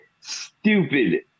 stupid